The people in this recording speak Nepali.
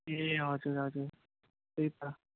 ए हजुर हजुर त्यही त